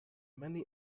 many